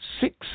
six